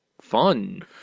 Fun